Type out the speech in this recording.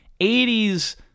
80s